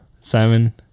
Simon